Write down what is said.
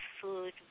food